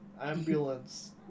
Ambulance